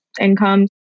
income